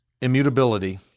immutability